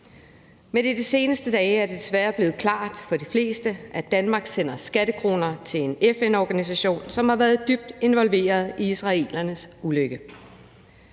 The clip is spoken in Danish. Men i de seneste dage er det desværre blevet klart for de fleste, at Danmark sender skattekroner til en FN-organisation, som har været dybt involveret i israelernes ulykke.